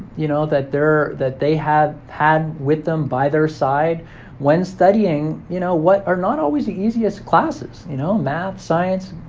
you know, that they're that they have had with them by their side when studying, you know, what are not always the easiest classes you know, math, science,